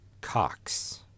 Cox